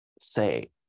say